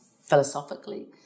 philosophically